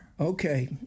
okay